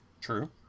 True